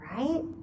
right